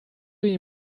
you